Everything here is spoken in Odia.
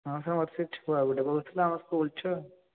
ହଁ ସାର୍ ମତେ ସେଇ ଛୁଆ ଗୋଟେ କହୁଥିଲା ଆମ ସ୍କୁଲ୍ ଛୁଆ